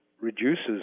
reduces